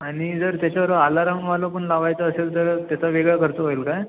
आणि जर त्याच्याबरोबर आलारामवालं पण लावायचा असेल तर त्याचा वेगळा खर्च होईल काय